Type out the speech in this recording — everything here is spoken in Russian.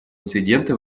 инциденты